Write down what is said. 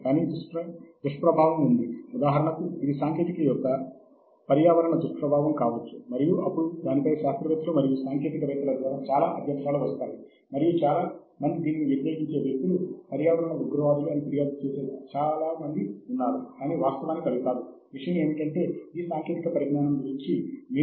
కాబట్టి చాలా తరచుగా మనకు వివిధ మార్గాలు ఉన్నాయి మరియు నేను వాటిని ఒక్కొక్కటిగా వాటిని చూపించబోతున్నాను